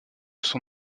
son